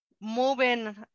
moving